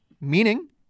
meaning